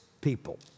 people